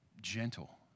gentle